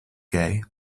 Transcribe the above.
gay